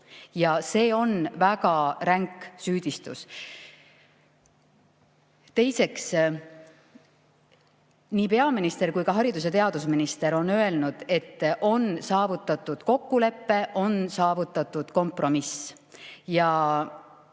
ja see on väga ränk süüdistus. Teiseks, nii peaminister kui ka haridus- ja teadusminister on öelnud, et on saavutatud kokkulepe, on saavutatud kompromiss.